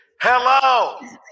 hello